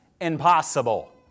Impossible